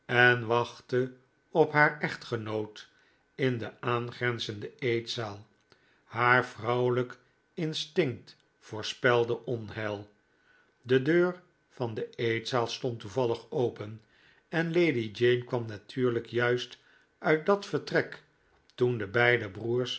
en wachtte op haar echtgenoot in de aangrenzende eetzaal haar vrouwelijk instinct voorspelde onheil de deur van de eetzaal stond toevallig open en lady jane kwam natuurlijk juist uit dat vertrek toen de beide broers